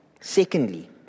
Secondly